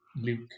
Luke